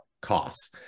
costs